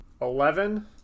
Eleven